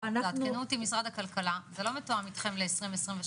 ותעדכנו אותי משרד הכלכלה - זה לא מתואם איתכם ל-2023,